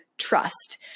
Trust